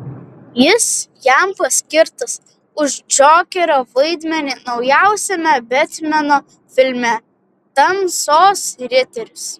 jis jam paskirtas už džokerio vaidmenį naujausiame betmeno filme tamsos riteris